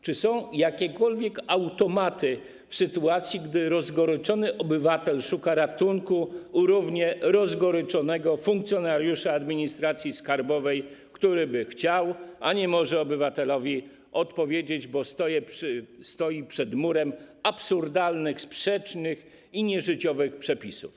Czy są jakiekolwiek automaty w sytuacji, gdy rozgoryczony obywatel szuka ratunku u równie rozgoryczonego funkcjonariusza administracji skarbowej, który by chciał, a nie może obywatelowi odpowiedzieć, bo stoi przed murem absurdalnych, sprzecznych i nieżyciowych przepisów?